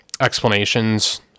explanations